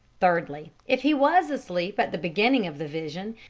thirdly, if he was asleep at the beginning of the vision,